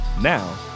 Now